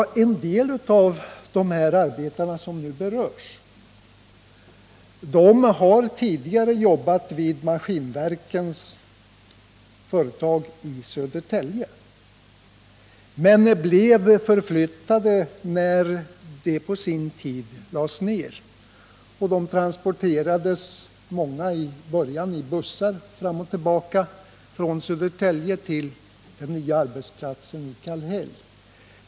Ja, en del av de arbetare som nu berörs har tidigare jobbat vid Maskinverkens företag i Södertälje men blev förflyttade när detta företag på sin tid lades ner. Många av de anställda transporterades strax efter förflyttningen i bussar fram och tillbaka mellan Södertälje och den nya arbetsplatsen i Kallhäll.